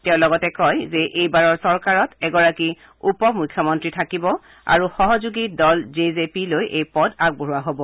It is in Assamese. তেওঁ লগতে কয় যে এইবাৰৰ চৰকাৰত এগৰাকী উপ মুখ্যমন্ত্ৰী থাকিব আৰু সহযোগী দল জে জে পিলৈ এই পদ আগবঢ়োৱা হ'ব